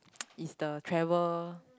is the travel